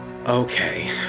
Okay